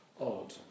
odd